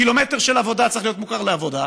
קילומטר של עבודה צריך להיות מוכר לעבודה,